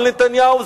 אבל נתניהו,